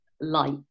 light